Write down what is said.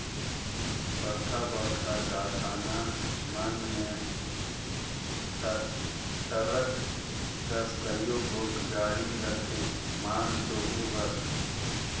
बड़खा बड़खा कारखाना मन में टरक कस कइयो गोट गाड़ी रहथें माल डोहे बर